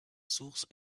source